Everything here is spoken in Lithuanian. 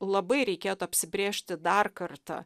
labai reikėtų apsibrėžti dar kartą